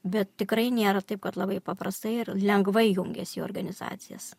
bet tikrai nėra taip kad labai paprastai ir lengvai jungiasi į organizacijas